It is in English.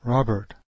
Robert